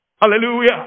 Hallelujah